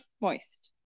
moist